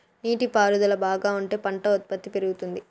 నీటి పారుదల బాగా ఉంటే పంట ఉత్పత్తి పెరుగుతుంది